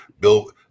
Bill